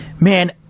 man